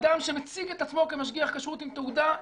אדם שמציג את עצמו כמשגיח כשרות עם תעודה,